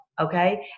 Okay